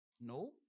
No